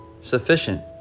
sufficient